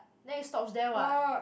then it stops there what